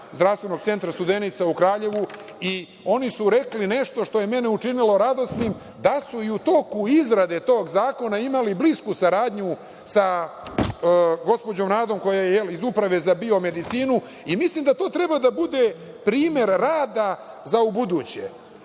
zdravstvenog centra Studenica u Kraljevu i oni su rekli nešto što me je učinilo radosnim, da su i toku izrade ovog zakona imali blisku saradnju sa gospođom Nadom koja je iz Uprave za biomedicinu. Mislim da to treba da bude primer rada za ubuduće,